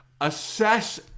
Assess